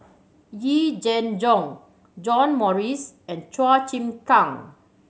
Yee Jenn Jong John Morrice and Chua Chim Kang